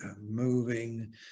moving